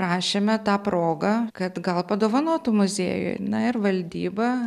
prašėme ta proga kad gal padovanotų muziejui na ir valdyba